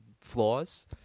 flaws